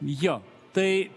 jo tai